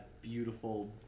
beautiful